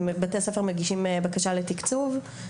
בתי הספר מגישים בקשה לתקצוב,